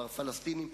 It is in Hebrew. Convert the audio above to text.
הפלסטינים,